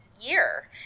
year